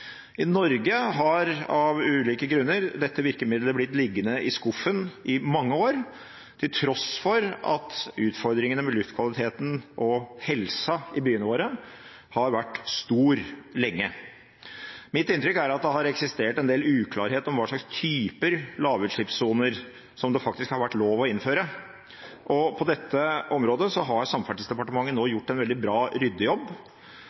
I Norge har av ulike grunner dette virkemiddelet blitt liggende i skuffen i mange år, til tross for at utfordringene med luftkvaliteten og helsa i byene våre har vært store lenge. Mitt inntrykk er at det har eksistert en del uklarhet om hva slags typer lavutslippssoner det faktisk har vært lov å innføre, og på dette området har Samferdselsdepartementet nå